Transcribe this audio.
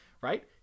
right